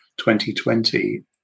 2020